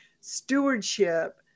stewardship